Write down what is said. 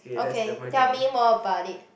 okay tell me more about it